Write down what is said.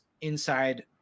inside